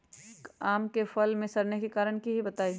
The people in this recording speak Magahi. आम क फल म सरने कि कारण हई बताई?